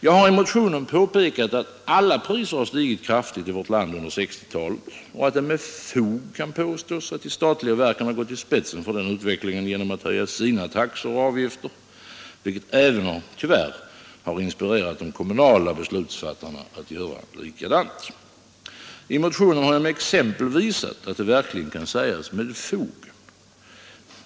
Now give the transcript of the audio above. Jag har i motionen påpekat att alla priser stigit kraftigt i vårt land under 1960-talet och att det med fog kan påstås att de statliga verken gått i spetsen för utvecklingen genom att höja sina taxor och avgifter, vilket även inspirerat de kommunala beslutsfattarna att göra likadant. I motionen har jag med exempel visat att det verkligen kan sägas med fog.